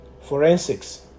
Forensics